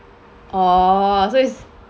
orh so it's